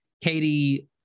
Katie